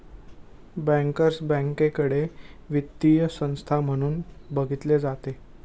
bankers बँकेकडे वित्तीय संस्था म्हणून बघितले जाते